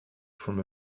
from